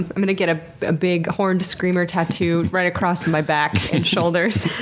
i'm going to get a ah big horned screamer tattooed right across my back and shoulders.